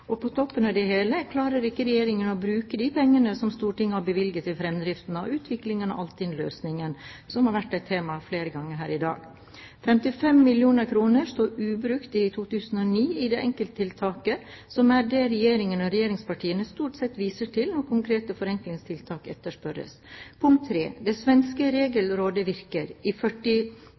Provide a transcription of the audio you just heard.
Og på toppen av det hele klarer ikke regjeringen å bruke de pengene som Stortinget har bevilget til fremdriften i utviklingen av Altinn-løsningen, som har vært et tema flere ganger her i dag. 55 mill. kr sto ubrukt i 2009 i det enkelttiltaket som regjeringen og regjeringspartiene stort sett viser til når konkrete forenklingstiltak etterspørres. Det svenske Regelrådet virker. I